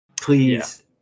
please